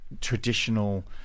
traditional